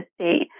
state